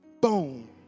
Boom